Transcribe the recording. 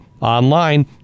Online